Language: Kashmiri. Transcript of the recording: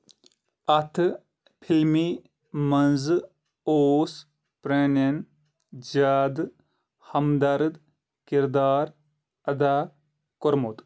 اَتھٕ فِلمہِ منٛزٕ اوس پرانین زِیٛادٕ ہمدرد کِردار ادا کوٚرمُت